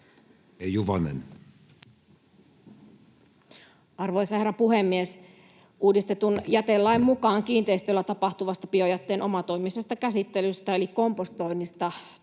Juvonen. Arvoisa herra puhemies! Uudistetun jätelain mukaan kiinteistöllä tapahtuvasta biojätteen omatoimisesta käsittelystä eli kompostoinnista